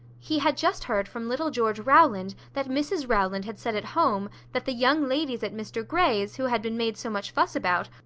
he had just heard from little george rowland, that mrs rowland had said at home, that the young ladies at mr grey's, who had been made so much fuss about,